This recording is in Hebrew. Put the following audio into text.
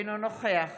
אינו נוכח